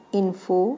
info